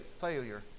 failure